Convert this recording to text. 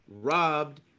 robbed